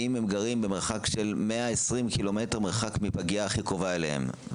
למשל אם הם גרים במרחק של 120 ק"מ מהפגייה הכי קרובה אליהם.